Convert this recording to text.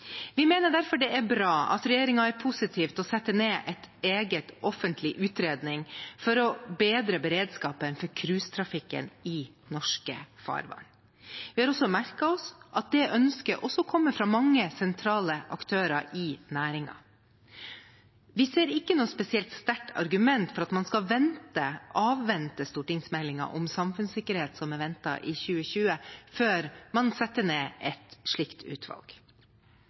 Vi mener derfor at det er bra at regjeringen er positiv til å sette ned et eget offentlig utvalg for å bedre beredskapen for cruisetrafikken i norske farvann. Vi har også merket oss at det ønsket også kommer fra mange sentrale aktører i næringen. Vi ser ikke noe spesielt sterkt argument for at man skal avvente stortingsmeldingen om samfunnssikkerhet, som er ventet å komme i 2020, før man setter ned et slikt utvalg.